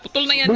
only and